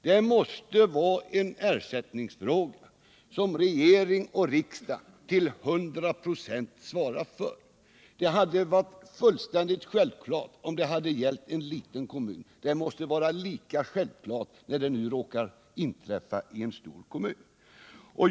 Det måste vara en ersättningsfråga som regering och riksdag till 100 926 svarar för. Det hade varit fullständigt självklart, om det hade gällt en liten kommun, men det måste vara lika självklart när det nu råkar inträffa i en stor kommun.